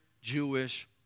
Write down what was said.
Jewish